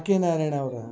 R K ನಾರ್ಯಾಯ್ಣವ್ರ